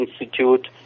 Institute